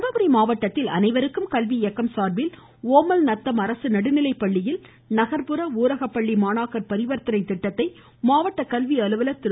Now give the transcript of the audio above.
தர்மபுரி மாவட்டத்தில் அனைவருக்கும் கல்வி இயக்கம் சார்பில் ஓமல் நத்தம் அரசுநடுநிலைப்பள்ளியில் நகர்புற மற்றும் ஊரக பள்ளி மாணாக்கர் பரிவர்த்தனை திட்டத்தை மாவட்ட கல்வி அலுவலர் திரு